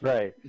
Right